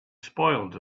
spoiled